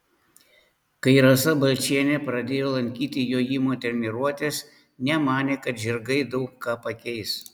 kai rasa balčienė pradėjo lankyti jojimo treniruotes nemanė kad žirgai daug ką pakeis